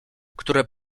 które